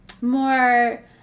more